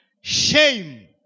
shame